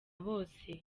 bose